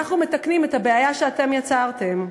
אנחנו מתקנים את הבעיה שאתם יצרתם.